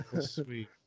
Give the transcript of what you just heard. Sweet